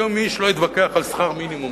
היום איש לא יתווכח על שכר מינימום,